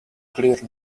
clear